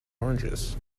oranges